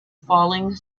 falling